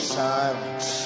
silence